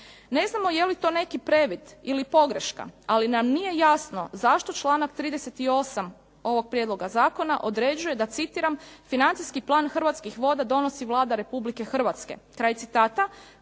Ne znamo je li to neki previd ili pogreška, ali nam je nije jasno zašto članak 38. ovog prijedloga zakona određuje, da citiram: "Financijski plan Hrvatski voda donosi Vlada Republike Hrvatske.", kraj citata,